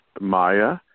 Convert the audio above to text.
Maya